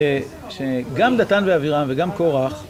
שגם דתן ואבירם וגם קורח